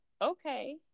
okay